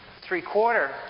three-quarter